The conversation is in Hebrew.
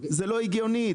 זה לא הגיוני.